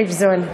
לייבזון.